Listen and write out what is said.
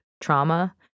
trauma